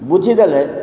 ବୁଝିଦେଲେ